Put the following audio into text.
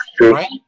right